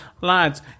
lads